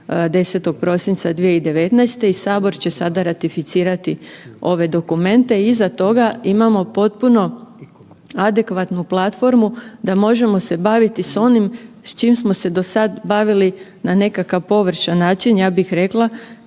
10. prosinca 2019. i sabor će sada ratificirati ove dokumente i iza toga imamo potpuno adekvatnu platformu da možemo se baviti s onim s čim smo se do sad bavili na nekakav površan način, ja bih rekla